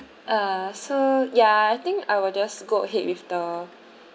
uh so ya I think I will just go ahead with the